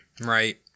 Right